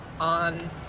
on